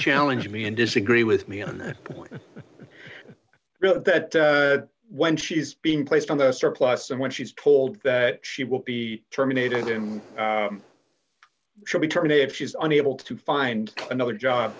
challenge me and disagree with me on that point that when she's being placed on the surplus and when she's told that she will be terminated and should be terminated she's unable to find another job